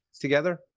together